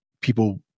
people